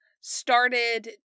started